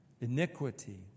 Iniquity